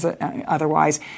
otherwise